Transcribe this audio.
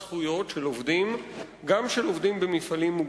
של התארגנות עובדים אותנטית במקום העבודה כשיקול במסגרת